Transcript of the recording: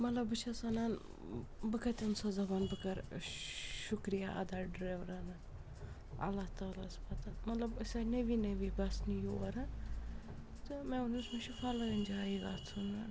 مطلب بہٕ چھَس وَنان بہٕ کَتہِ اَنہٕ سۄ زَبان بہٕ کَرٕ شُکریہ اَدا ڈرٛیورَنہٕ اللہ تعالیٰ ہَس پَتہٕ مطلب أسۍ آے نٔوی نٔوی بَسنہِ یور تہٕ مےٚ ووٚنُس مےٚ چھُ فَلٲنۍ جایہِ گَژھُن